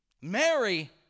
Mary